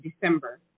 December